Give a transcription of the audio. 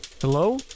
Hello